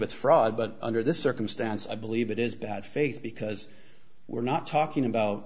it's fraud but under this circumstance i believe it is bad faith because we're not talking about